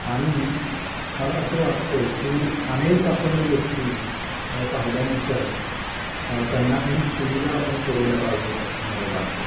आणि मला असं वाटतं आहे की अनेक अपंग व्यक्ती पाहिल्यानंतर त्यांना काही सुविधा आपण पुरवल्या पाहिजेत असं मला वाटतं